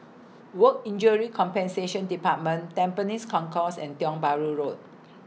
Work Injury Compensation department Tampines Concourse and Tiong Bahru Road